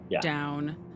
down